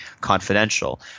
confidential